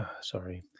sorry